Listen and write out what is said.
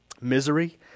misery